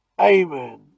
Amen